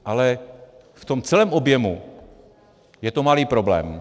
Ale v tom celém objemu je to malý problém.